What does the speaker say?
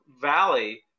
valley